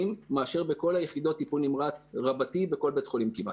מאשר בכל יחידות טיפול נמרץ רבתי בכל בית חולים כמעט.